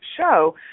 show